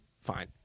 fine